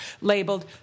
labeled